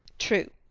true.